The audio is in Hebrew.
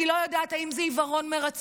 אני לא יודעת אם זה עיוורון מרצון.